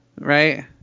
right